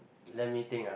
let me think ah